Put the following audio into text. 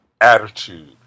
Attitude